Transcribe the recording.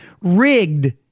rigged